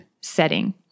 setting